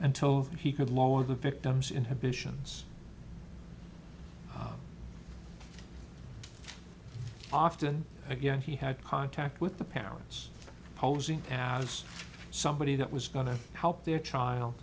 until he could lower the victim's inhibitions often again he had contact with the parents posing as somebody that was going to help their child